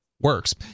works